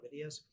videos